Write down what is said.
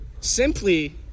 Simply